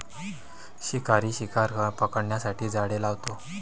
शिकारी शिकार पकडण्यासाठी जाळे लावतो